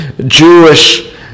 Jewish